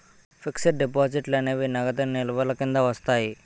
fixed డిపాజిట్లు అనేవి నగదు నిల్వల కింద వస్తాయి